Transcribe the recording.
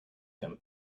him